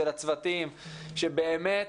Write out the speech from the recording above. של הצוותים שבאמת